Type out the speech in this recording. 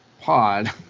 pod